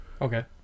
Okay